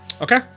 Okay